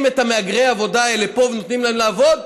את מהגרי העבודה האלה פה ונותנים להם לעבוד,